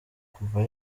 kuva